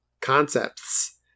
concepts